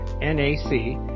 N-A-C